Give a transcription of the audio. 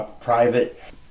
private